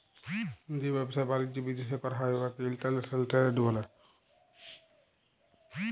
যে ব্যবসা বালিজ্য বিদ্যাশে ক্যরা হ্যয় উয়াকে ইলটারল্যাশলাল টেরেড ব্যলে